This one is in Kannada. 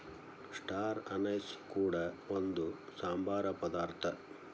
ಸ್ಟಾರ್ ಅನೈಸ್ ಕೂಡ ಒಂದು ಸಾಂಬಾರ ಪದಾರ್ಥ